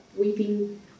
weeping